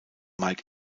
mike